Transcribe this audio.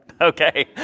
Okay